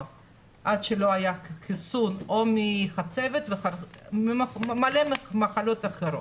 עד שלא היה חיסון או מחצבת וממלא מחלות אחרות.